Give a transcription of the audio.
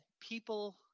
people